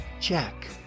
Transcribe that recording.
check